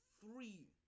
three